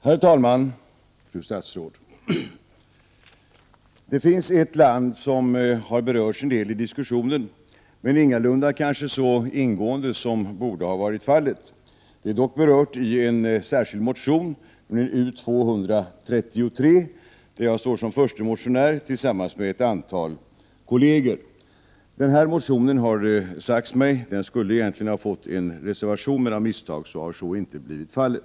Herr talman, fru statsråd! Det finns ett land som har berörts en del i diskussionen, men ingalunda kanske så ingående som borde ha varit fallet. Det är dock berört i en särskild motion, U233, där jag står som första motionär tillsammans med ett antal kolleger. Det har sagts mig att denna motion egentligen skulle ha fått en reservation, men av misstag har så icke blivit fallet.